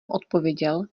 odpověděl